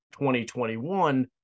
2021